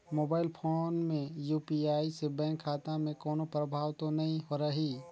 Mobile phone मे UPI से bank खाता मे कोनो प्रभाव तो नइ रही?